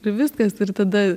ir viskas ir tada